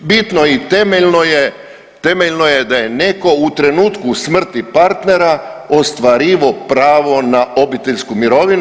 Bitno i temeljno je da je netko u trenutku smrti partnera ostvarivao pravo na obiteljsku mirovinu.